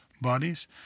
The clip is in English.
bodies